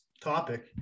topic